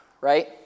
right